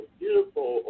beautiful